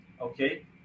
okay